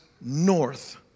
north